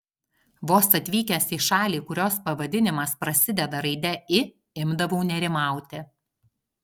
vos atvykęs į šalį kurios pavadinimas prasideda raide i imdavau nerimauti